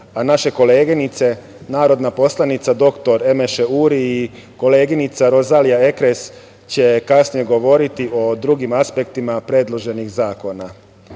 a naše koleginice, narodna poslanica dr Emeše Uri i koleginica Rozalija Ekres će kasnije govoriti o drugim aspektima predloženih zakona. Naime,